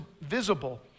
visible